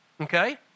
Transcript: Okay